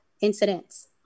incidents